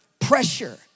pressure